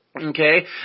Okay